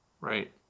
right